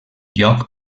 lloc